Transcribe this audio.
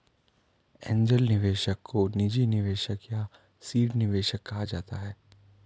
angel निवेशक को निजी निवेशक या सीड निवेशक कहा जाता है